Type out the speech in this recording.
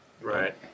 Right